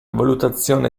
valutazione